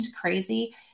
crazy